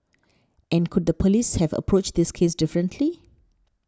and could the police have approached this case differently